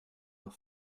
leur